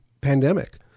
pandemic